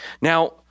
Now